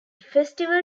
festival